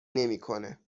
نمیکنه